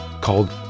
called